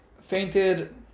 fainted